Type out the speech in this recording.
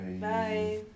Bye